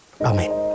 Amen